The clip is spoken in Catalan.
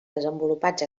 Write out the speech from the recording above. desenvolupats